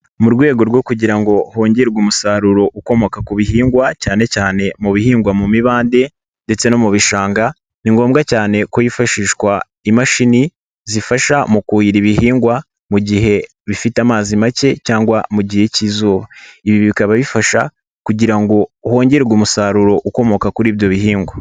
Mu rwego rwo kugira ngo hongerwe umusaruro ukomoka ku bihingwa cyane cyane mu bihingwa mu mibande ndetse no mu bishanga. Ni ngombwa cyane ko hifashishwa imashini zifasha mu kuhira ibihingwa mu gihe bifite amazi make cyangwa mu gihe k'izuba. Ibi bikaba bifasha kugira ngo hongerwe umusaruro ukomoka kuri ibyo bihingwa.